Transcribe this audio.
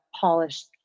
polished